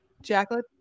Jacqueline